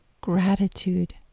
gratitude